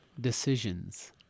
decisions